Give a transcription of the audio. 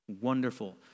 Wonderful